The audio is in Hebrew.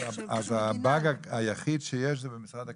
אז ה"באג" היחיד שיש זה במשרד הלקיטה?